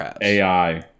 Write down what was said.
AI